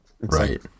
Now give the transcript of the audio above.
Right